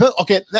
Okay